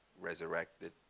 resurrected